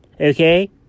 Okay